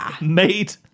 made